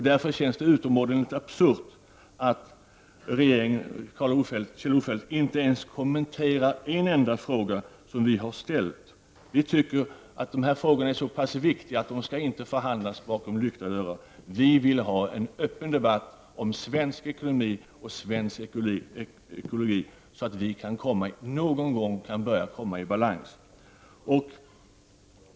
Därför känns det utomordentligt absurt att Kjell-Olof Feldt inte kommenterar ens en enda av de frågor som vi har ställt. Vi tycker dessa frågor är så pass viktiga att de inte skall behandlas bakom lyckta dörrar. Vi vill ha en öppen debatt om svensk ekonomi och ekologi så att Sverige någon gång kan komma i balans.